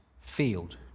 field